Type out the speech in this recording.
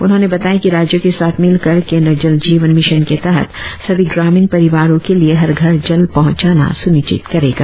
उन्होंने बताया कि राज्यों के साथ मिलकर केंद्र जल जीवन मिशन के तहत सभी ग्रामीण परिवारों के लिए हर घर जल पहुंचाना सुनिश्चित करेगा